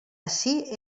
ací